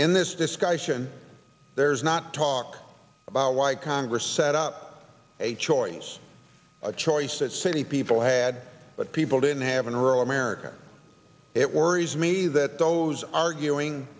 in this discussion there's not talk about why congress set up a choice a choice that city people had but people didn't have in rural america it worries me that those arguing